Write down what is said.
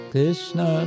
Krishna